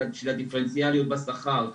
של הדיפרנציאליות בשכר,